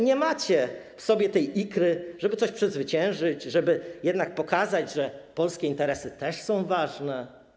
Nie macie w sobie ikry, żeby coś przezwyciężyć, żeby jednak pokazać, że polskie interesy też są ważne.